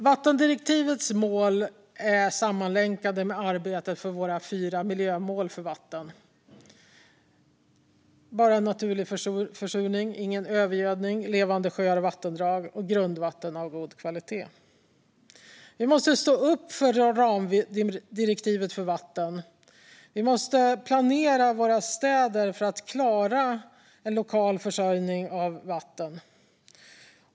Vattendirektivets mål är sammanlänkade med arbetet för våra fyra miljömål för vatten: bara naturlig försurning, ingen övergödning, levande sjöar och vattendrag och grundvatten av god kvalitet. Vi måste stå upp för ramdirektivet för vatten. Vi måste planera våra städer för att de ska klara en lokal vattenförsörjning.